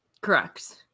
correct